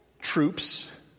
troops